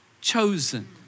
chosen